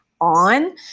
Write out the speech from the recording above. on